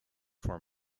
for